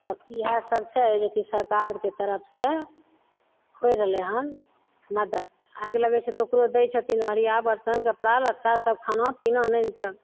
तऽ इएह सब छै जे कि सरकारके तरफसँ होइ रहलय हन मदति आगि लगय छै तऽ ओकरो दै छथिन हरिया बरतन कपड़ा लत्ता सब खानापीना आनि कऽ